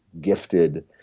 gifted